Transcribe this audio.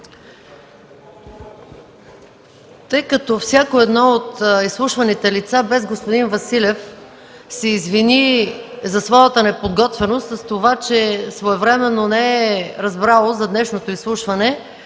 Тъй като всяко едно от изслушваните лица, без господин Василев, се извини за своята неподготвеност с това, че своевременно не е разбрал за днешното изслушване,